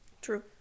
True